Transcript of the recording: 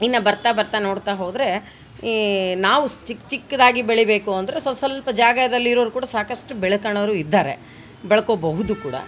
ಇನ್ನು ಬರ್ತಾ ಬರ್ತಾ ನೋಡ್ತಾ ಹೋದರೆ ಈ ನಾವು ಚಿಕ್ಕ ಚಿಕ್ದಾಗಿ ಬೆಳೀಬೇಕು ಅಂದ್ರೆ ಸ್ವಲ್ಪ ಸ್ವಲ್ಪ ಜಾಗದಲ್ಲಿರೋರು ಕೂಡ ಸಾಕಷ್ಟು ಬೆಳ್ಕೊಳೋರು ಇದ್ದಾರೆ ಬೆಳ್ಕೋಬಹುದು ಕೂಡ